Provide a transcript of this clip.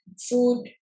food